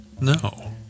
No